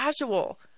casual